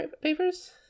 Papers